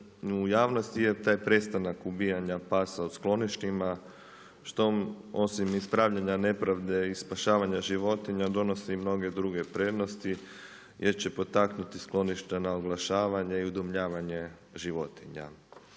u javnosti je taj prestanak ubijanja pasa u skloništima što osim ispravljanja nepravde i spašavanja životinja donosi i mnoge druge prednosti jer će potaknuti sklonište na oglašavanje i udomljavanje životinja.